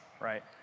right